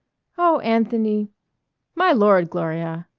oh, anthony my lord, gloria!